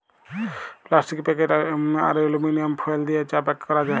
plastic packet আর aluminium foil দিয়ে চা প্যাক ক্যরা যায়